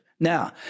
Now